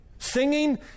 Singing